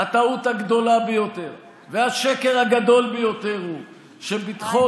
הטעות הגדולה ביותר והשקר הגדול ביותר הוא שביטחון